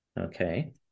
Okay